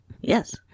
Yes